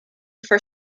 for